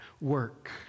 work